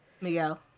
Miguel